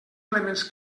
elements